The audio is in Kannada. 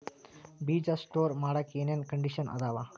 ಬೇಜ ಸ್ಟೋರ್ ಮಾಡಾಕ್ ಏನೇನ್ ಕಂಡಿಷನ್ ಅದಾವ?